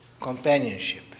companionship